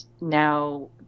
now